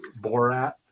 borat